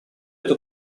эту